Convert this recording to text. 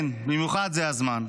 כן, במיוחד זה הזמן.